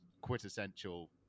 quintessential